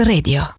Radio